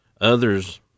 Others